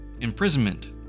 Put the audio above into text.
imprisonment